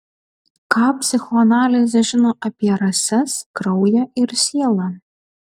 ką psichoanalizė žino apie rases kraują ir sielą